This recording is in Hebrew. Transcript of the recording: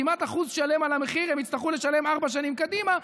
כמעט 1% על המחיר הם יצטרכו לשלם ארבע שנים קדימה.